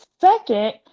Second